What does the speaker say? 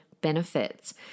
benefits